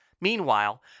Meanwhile